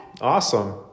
awesome